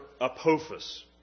Apophis